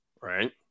right